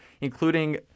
including